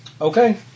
Okay